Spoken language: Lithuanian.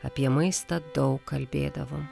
apie maistą daug kalbėdavom